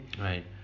right